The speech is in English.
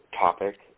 topic